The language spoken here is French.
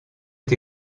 est